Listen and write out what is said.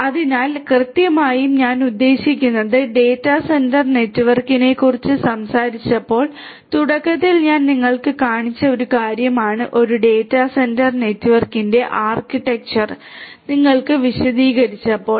അതിനാൽ കൃത്യമായും ഞാൻ ഉദ്ദേശിക്കുന്നത് ഡാറ്റാ സെന്റർ നെറ്റ്വർക്കിനെക്കുറിച്ച് സംസാരിച്ചപ്പോൾ തുടക്കത്തിൽ ഞാൻ നിങ്ങൾക്ക് കാണിച്ച ഒരു കാര്യമാണ് ഒരു ഡാറ്റാ സെന്റർ നെറ്റ്വർക്കിന്റെ ആർക്കിടെക്ചർ നിങ്ങൾക്ക് വിശദീകരിച്ചപ്പോൾ